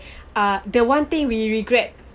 err the one thing we regret